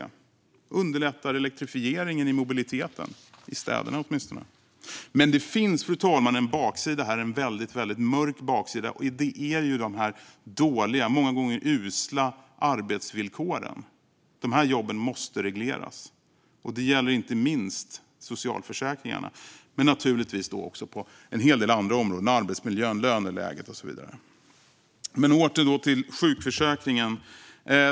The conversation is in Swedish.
De underlättar elektrifieringen i mobiliteten, åtminstone i städerna. Men det finns, fru talman, en väldigt mörk baksida här, och det är de dåliga, många gånger usla, arbetsvillkoren. De här jobben måste regleras. Det gäller inte minst socialförsäkringarna men naturligtvis också på en hel del andra områden som arbetsmiljö, löneläge och så vidare. Åter till sjukförsäkringen.